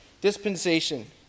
Dispensation